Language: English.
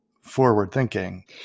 forward-thinking